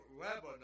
Lebanon